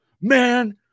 Man